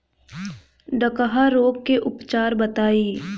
डकहा रोग के उपचार बताई?